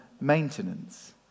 maintenance